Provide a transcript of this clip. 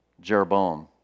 Jeroboam